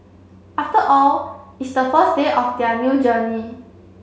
after all it's the first day of their new journey